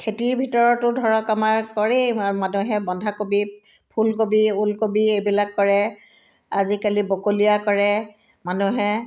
খেতিৰ ভিতৰতো ধৰক আমাৰ কৰে মানুহে বন্ধাকবি ফুলকবি ওলকবি এইবিলাক কৰে আজিকালি বকলীয়া কৰে মানুহে